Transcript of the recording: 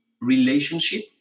relationship